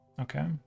Okay